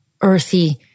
earthy